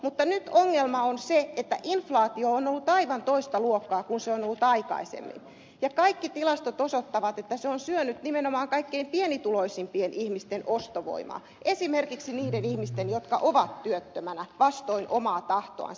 mutta nyt ongelma on se että inflaatio on ollut aivan toista luokkaa kuin se on ollut aikaisemmin ja kaikki tilastot osoittavat että se on syönyt nimenomaan kaikkein pienituloisimpien ihmisten ostovoimaa esimerkiksi niiden ihmisten jotka ovat työttöminä vastoin omaa tahtoansa